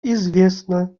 известно